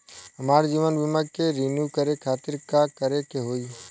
हमार जीवन बीमा के रिन्यू करे खातिर का करे के होई?